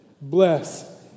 Bless